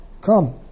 Come